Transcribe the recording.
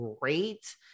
great